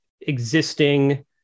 existing